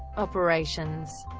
operations